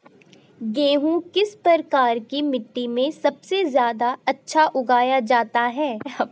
गेहूँ किस प्रकार की मिट्टी में सबसे अच्छा उगाया जाता है?